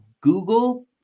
Google